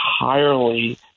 entirely